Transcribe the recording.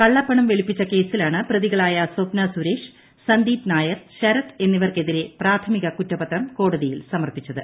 കള്ളപ്പണം വെളുപ്പിച്ച കേസിലാണ് പ്രതികളായ സ്വപ്ന സുരേഷ് സന്ദീപ് നായർ ശരത് എന്നിവർക്കെതിരെ പ്രാഥമിക കുറ്റപത്രം കോടതിയിൽ സമർപ്പിച്ചത്